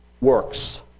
works